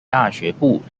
大学部